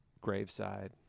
graveside